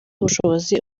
ubushobozi